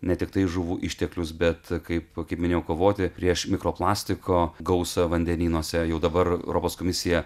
ne tiktai žuvų išteklius bet kaip kaip minėjau kovoti prieš mikro plastiko gausą vandenynuose jau dabar europos komisija